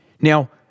Now